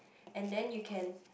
and then you can